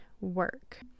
work